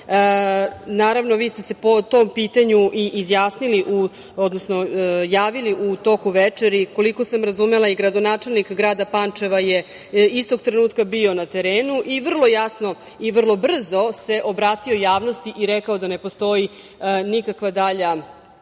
Pančeva. Vi ste se po tom pitanju i izjasnili, odnosno javili u toku večeri, koliko sam razumela i gradonačelnik grada Pančeva je istog trenutka bio na terenu i vrlo jasno i vrlo brzo se obratio javnosti i rekao da ne postoji nikakva dalja